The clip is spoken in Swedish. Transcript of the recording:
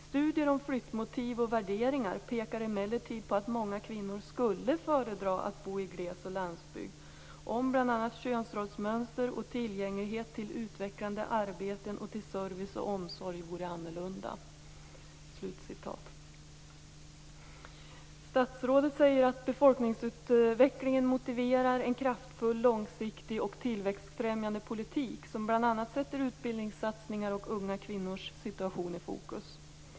Studier om flyttmotiv och värderingar pekar emellertid på att många kvinnor skulle föredra att bo i gles och landsbygd om bl.a. könsrollsmönster och tillgänglighet till utvecklande arbeten och till service och omsorg vore annorlunda. Statsrådet säger att befolkningsutvecklingen motiverar en kraftfull, långsiktig och tillväxtfrämjande politik som bl.a. sätter utbildningssatsningar och unga kvinnors situation i fokus.